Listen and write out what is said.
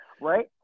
Right